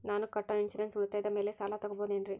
ನಾನು ಕಟ್ಟೊ ಇನ್ಸೂರೆನ್ಸ್ ಉಳಿತಾಯದ ಮೇಲೆ ಸಾಲ ತಗೋಬಹುದೇನ್ರಿ?